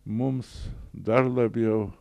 mums dar labiau